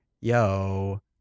yo